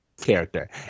character